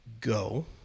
go